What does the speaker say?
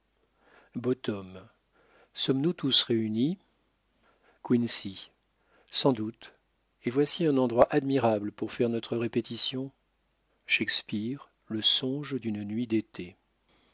boy sommes-nous tous réunis qui sans doute et voici un endroit admirable pour faire notre répétition shakespeare le songe d'une nuit d'été